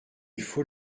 faut